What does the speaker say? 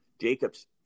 Jacob's